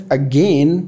again